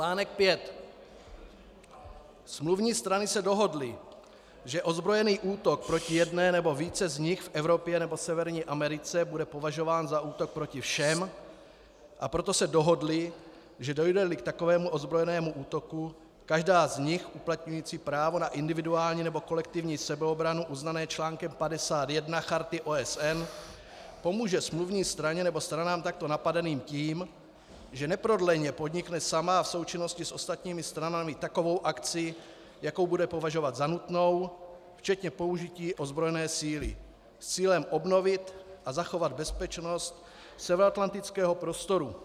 Článek 5: Smluvní strany se dohodly, že ozbrojený útok proti jedné nebo více z nich v Evropě nebo Severní Americe bude považován za útok proti všem, a proto se dohodly, že dojdeli k takovému ozbrojenému útoku, každá z nich uplatní právo na individuální nebo kolektivní sebeobranu uznané článkem 51 Charty OSN, pomůže smluvní straně nebo stranám takto napadeným tím, že neprodleně podnikne sama a v součinnosti s ostatními stranami takovou akci, jakou bude považovat za nutnou, včetně použití ozbrojené síly, s cílem obnovit a zachovat bezpečnost severoatlantického prostoru.